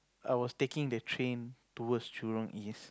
I was taking the train towards Jurong East